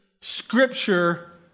Scripture